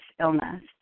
illness